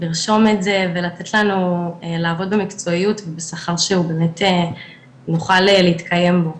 לרשום את זה ולתת לנו לעבוד במקצועיות ובשכר שבאמת נוכל להתקיים בו.